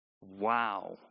Wow